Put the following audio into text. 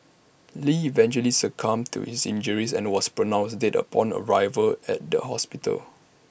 lee eventually succumbed to his injuries and was pronounced dead upon arrival at the hospital